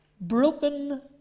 broken